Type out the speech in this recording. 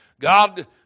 God